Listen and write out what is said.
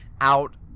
out